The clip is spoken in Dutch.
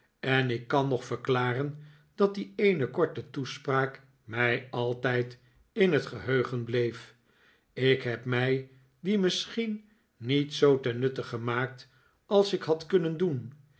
en ik kan nog verklaren dat die eene korte toespraak mij altijd in het geheugen bleef ik heb mij die misschien niet zoo ten nutte gemaakt als ik had kunnen doen